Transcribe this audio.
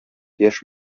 яшь